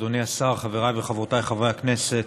אדוני השר, חבריי וחברותיי חברי הכנסת,